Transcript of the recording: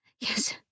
yes